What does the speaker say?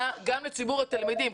אלא גם לציבור התלמידים,